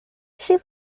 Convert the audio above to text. she